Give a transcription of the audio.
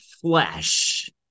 flesh